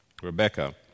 Rebecca